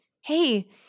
Hey